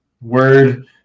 word